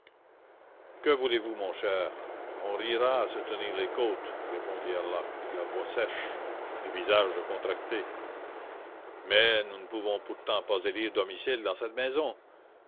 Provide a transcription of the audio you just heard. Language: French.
que voulez-vous mon cher on rira à se tenir les côtes répondit herlock la voix sèche le visage contracté mais pouvons-nous élire domicile dans cette maison